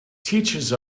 teaches